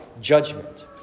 judgment